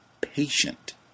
patient